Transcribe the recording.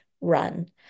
run